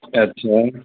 अच्छा अच्छा